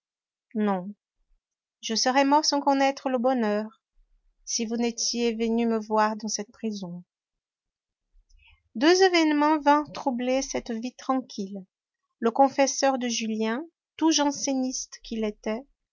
non je serais mort sans connaître le bonheur si vous n'étiez venue me voir dans cette prison deux événements vinrent troubler cette vie tranquille le confesseur de julien tout janséniste qu'il était